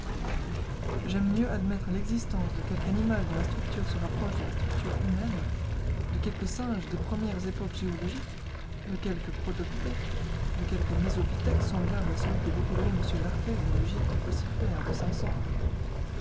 j'aime mieux admettre l'existence de quelque animal dont la structure se rapproche de la structure humaine de quelque singe des premières époques géologiques de quelque protopithèque de quelque mésopithèque semblable à celui que découvrit m lartet dans le gîte ossifère de